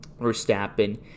Verstappen